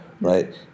right